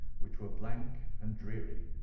which were blank and dreary,